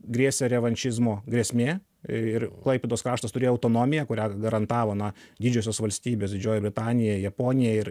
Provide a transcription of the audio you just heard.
grėsė revanšizmo grėsmė ir klaipėdos kraštas turėjo autonomiją kurią garantavo na didžiosios valstybės didžioji britanija japonija ir